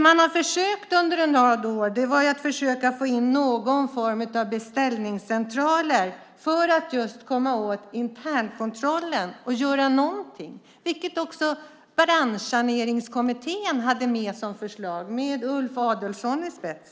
Man har under en rad år försökt införa någon form av beställningscentraler för att komma åt internkontrollen och göra någonting. Branschsaneringskommittén, med Ulf Adelsohn i spetsen, hade med detta förslag.